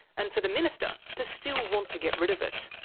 and for the minister to still want to get rid of it.